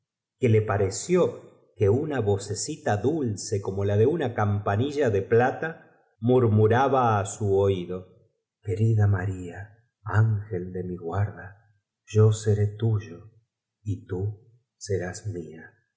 que le pareció que una testó su madre y en el fondo todas ellas vocecita dulce como la de una campanilla no son más que sueños y visiones ocade plata murmuraba á su oldo q uerida sionados por la fiebre maria ángel de mi guarda yo seré tuyo la prueba de ello es dijo fritz que y tú serás mía